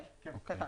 כן, כן.